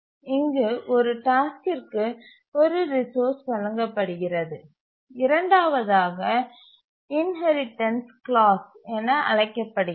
இங்கு ஒரு டாஸ்க்கிற்கு ஒரு ரிசோர்ஸ் வழங்கப்படுகிறது இரண்டாவதாக இன்ஹெரிடன்ஸ் க்ளாஸ் என அழைக்கப்படுகிறது